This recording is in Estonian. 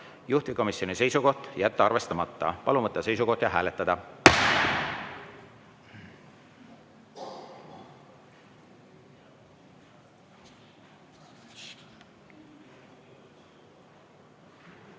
juhtivkomisjoni seisukoht: jätta arvestamata. Palun võtta seisukoht ja hääletada!